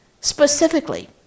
Specifically